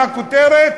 מה הכותרת?